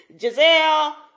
Giselle